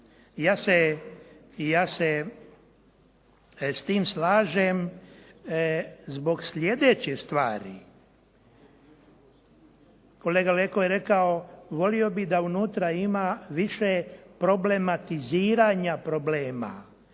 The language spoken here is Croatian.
Ja se s tim slažem zbog sljedeće stvari. Kolega Leko je rekao volio bih da unutra ima više problematiziranja problema,